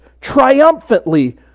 triumphantly